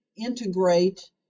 integrate